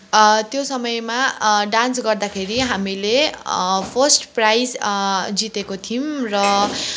त्यो समयमा डान्स गर्दाखेरि हामीले फर्स्ट प्राइज जितेका थियौँ र